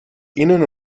innen